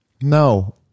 No